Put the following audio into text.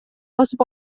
басып